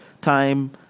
time